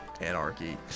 Anarchy